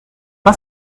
pas